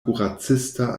kuracista